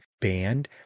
band